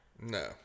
No